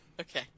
Okay